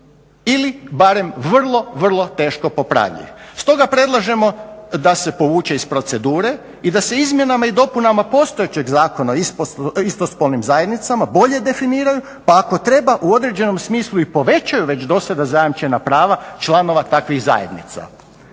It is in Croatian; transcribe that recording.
ili barem vrlo, vrlo teško popravljiv. Stoga predlažemo da se povuče iz procedure i da se izmjenama i dopunama postojećeg Zakona o istospolnim zajednicama bolje definiraju, pa ako treba u određenom smislu i povećaju već do sada zajamčena prava članova takvih zajednica.